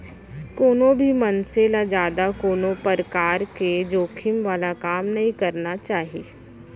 कोनो भी मनसे ल जादा कोनो परकार के जोखिम वाला काम नइ करना चाही